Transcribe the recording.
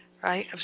Right